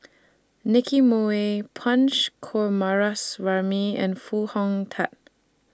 Nicky Moey Punch Coomaraswamy and Foo Hong Tatt